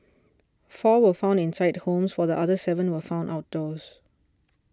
four were found inside homes while the other seven were found outdoors